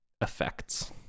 effects